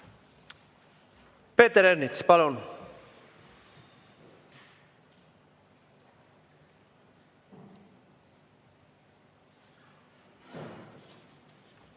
Peeter Ernits, palun!